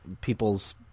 people's